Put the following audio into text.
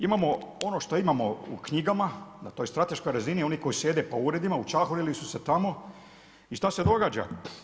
Imamo ono što imamo u knjigama, na toj strateškoj razini, oni koji sjede po uredima, učahurili su se tamo i što se događa?